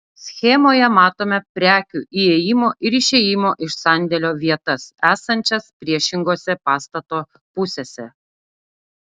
schemoje matome prekių įėjimo ir išėjimo iš sandėlio vietas esančias priešingose pastato pusėse